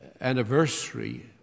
anniversary